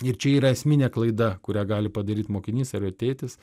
ir čia yra esminė klaida kurią gali padaryti mokinys ar jo tėtis